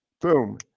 Boom